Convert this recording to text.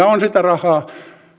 on sitä rahaa